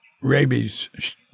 rabies